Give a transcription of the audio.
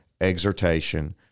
exhortation